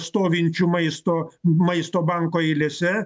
stovinčių maisto maisto banko eilėse